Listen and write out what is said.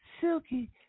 Silky